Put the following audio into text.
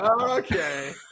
Okay